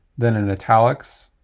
then, in italics,